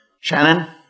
Shannon